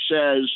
says